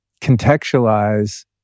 contextualize